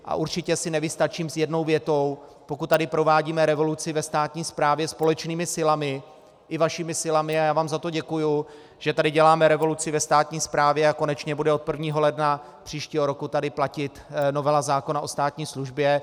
A určitě si nevystačím s jednou větou, pokud tady provádíme revoluci ve státní správě společnými silami, i vašimi silami, a já vám za to děkuju, že tady děláme revoluci ve státní správě a konečně bude od 1. ledna příštího roku tady platit novela zákona o státní službě.